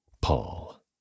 Paul